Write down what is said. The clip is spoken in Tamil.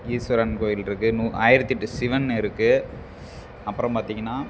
ஈஸ்வரன் கோவில் இருக்குது நூ ஆயிரத்தி எட்டு சிவன் இருக்குது அப்புறம் பார்த்தீங்கன்னா